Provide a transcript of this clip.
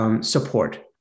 support